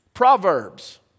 Proverbs